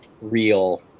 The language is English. real